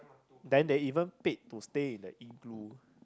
then they even paid to stay in the igloo